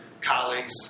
colleagues